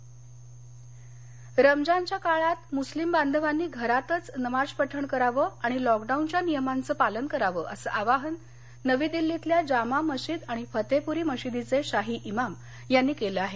रमजान रमजानच्या काळात मुस्लीम बांधवांनी घरातच नमाज पठण करावं आणि लॉक डाऊनच्या नियमांचं पालन करावं असं आवाहन नवी दिल्लीतल्या जामा मशिद आणि फतेपुरी मशिदीचे शाही इमाम यांनी केलं आहे